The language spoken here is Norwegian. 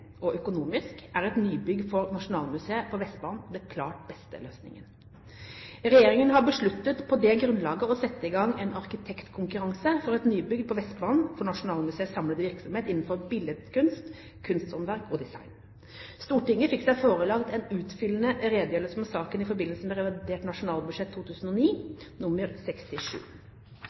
og økonomisk er et nybygg for Nasjonalmuseet på Vestbanen den klart beste løsningen. Regjeringen har på det grunnlaget besluttet å sette i gang en arkitektkonkurranse om et nybygg på Vestbanen for Nasjonalmuseets samlede virksomhet innenfor billedkunst, kunsthåndverk og design. Stortinget fikk seg forelagt en utfyllende redegjørelse om saken i forbindelse med revidert nasjonalbudsjett for 2009, St.prp. nr. 67